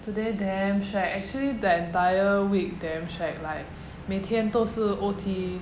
today damn shag actually the entire week damn shag like 每天都是 O_T